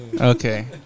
Okay